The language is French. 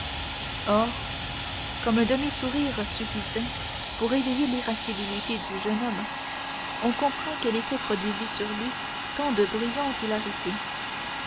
or comme un demi-sourire suffisait pour éveiller l'irascibilité du jeune homme on comprend quel effet produisit sur lui tant de bruyante